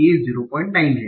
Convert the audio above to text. a 09 हैं